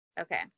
Okay